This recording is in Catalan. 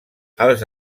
els